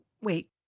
wait